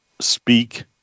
speak